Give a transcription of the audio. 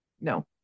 no